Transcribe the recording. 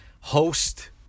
host